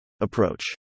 Approach